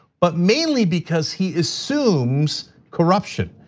but mainly because he assumes corruption.